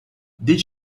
did